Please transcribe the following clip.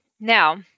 Now